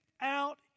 out